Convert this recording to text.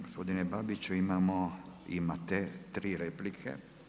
Gospodine Babiću, imate 3 replike.